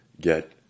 get